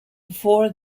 before